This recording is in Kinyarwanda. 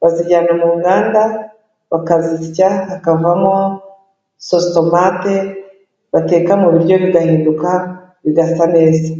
bazijyana mu nganda bakazisya hakavamo sositomate, bateka mu biryo bigahinduka bigasa neza.